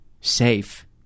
safe